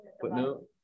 footnote